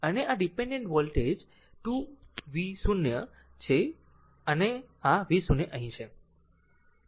અને આ dependent voltage 2 v0 છે અને આ v0 અહીં છે